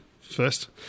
first